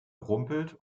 rumpelt